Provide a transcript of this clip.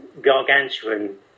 gargantuan